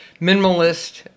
minimalist